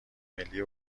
ملی